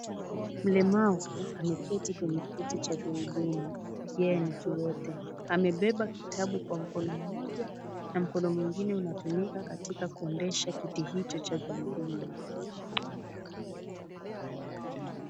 Mlemavu ameketi kwenye kiti cha gurudumu. Yeye ni kiwete. Amebeba kitabu kwa mkono mmoja na mkono mwingine unatumika katika kuendesha kiti hicho cha gurudumu.